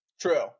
True